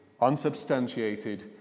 unsubstantiated